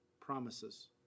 promises